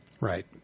Right